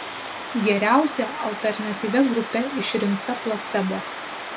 geriausia alternatyvia grupe išrinkta placebo